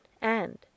and